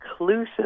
inclusive